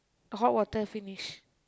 the hot water finish